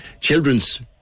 children's